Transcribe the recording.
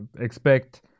Expect